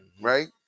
right